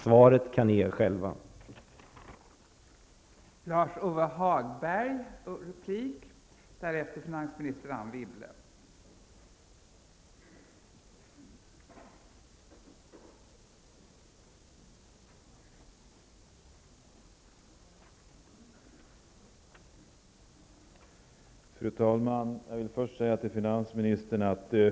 Svaret kan ni själva ge.